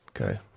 Okay